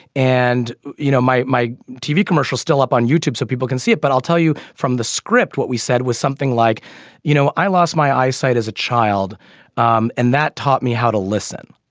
and you know my my tv commercial still up on youtube so people can see it but i'll tell you from the script what we said was something like you know i lost my eyesight as a child um and that taught me how to listen.